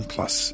Plus